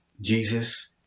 Jesus